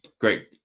great